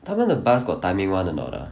他们的 bus got timing [one] a not ah